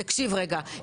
תקשיב רגע,